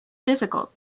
difficult